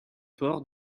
port